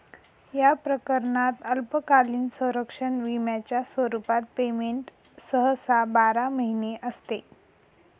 या प्रकरणात अल्पकालीन संरक्षण विम्याच्या स्वरूपात पेमेंट सहसा बारा महिने असते